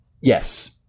Yes